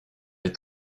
est